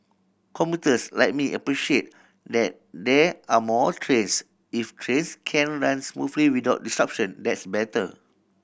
commuters like me appreciate that there are more trains if trains can run smoothly without disruption that's better